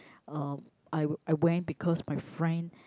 uh I I went because my friend